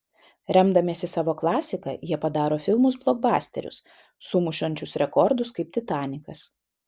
remdamiesi savo klasika jie padaro filmus blokbasterius sumušančius rekordus kaip titanikas